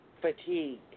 fatigue